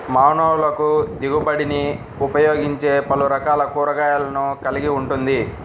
మానవులకుదిగుబడినిఉపయోగించేపలురకాల కూరగాయలను కలిగి ఉంటుంది